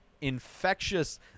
infectious